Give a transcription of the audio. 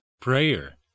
prayer